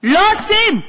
לא עושים.